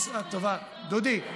דודי?